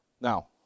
Now